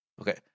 Okay